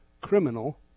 criminal